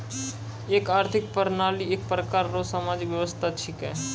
एक आर्थिक प्रणाली एक प्रकार रो सामाजिक व्यवस्था छिकै